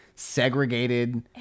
segregated